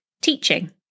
teaching